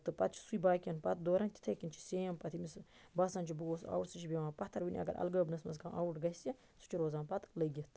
تہٕ پَتہٕ چھُ سُے باقیَن پَتہٕ دوران تِتھے کنۍ چھُ سیم پَتہٕ ییٚمِس باسان چھُ بہٕ گووُس اَوُٹ سُہ چھُ بہوان پَتھَر وۄنۍ اگر اَلگٲبنَس مَنٛز کانٛہہ اَوُٹ گَژھِ سُہ چھُ روزان پَتہٕ لٔگِتھ